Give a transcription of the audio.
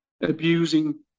abusing